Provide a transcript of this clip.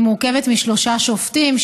ומורכבת משלושה שופטים,